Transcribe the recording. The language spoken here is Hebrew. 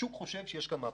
השוק חושב שיש כאן מהפכה.